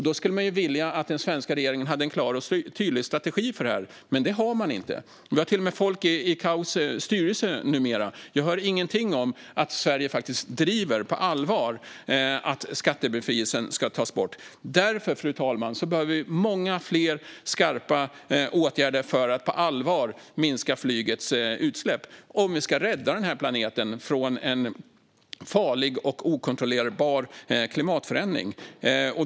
Då skulle man vilja att den svenska regeringen hade en klar och tydlig strategi för det här, men det har man inte. Vi har till och med folk i ICAO:s styrelse numera, men jag hör ingenting om att Sverige faktiskt på allvar driver frågan om att skattebefrielsen ska tas bort. Vi behöver, fru talman, många fler skarpa åtgärder för att på allvar minska flygets utsläpp om vi ska rädda den här planeten från en farlig och okontrollerbar klimatförändring.